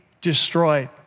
destroyed